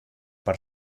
per